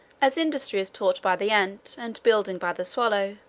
as industry is taught by the ant, and building by the swallow